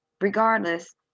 regardless